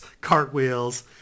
cartwheels